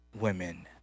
women